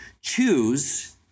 choose